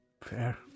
Fair